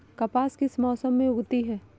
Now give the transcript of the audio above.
कपास किस मौसम में उगती है?